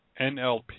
NLP